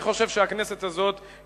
אני חושב שהכנסת הזאת,